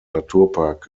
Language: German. naturpark